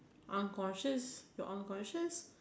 unconscious you unconscious